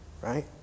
Right